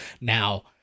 Now